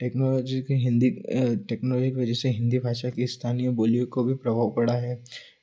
technology को Hindi technology को जैसे हिन्दी भाषा की स्थानीय बोलियों को भी प्रभाव पड़ा है